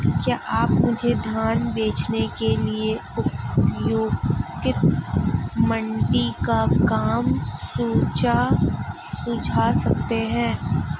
क्या आप मुझे धान बेचने के लिए उपयुक्त मंडी का नाम सूझा सकते हैं?